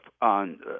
on